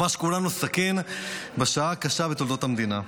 ממש בכולנו, סכין בשעה הקשה בתולדות המדינה.